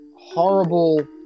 horrible